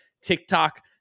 TikTok